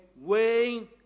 weighing